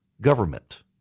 government